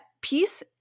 peace